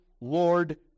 Lord